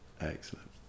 Excellent